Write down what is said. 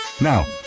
now